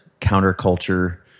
counterculture